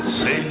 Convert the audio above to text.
say